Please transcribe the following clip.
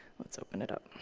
let's open it up.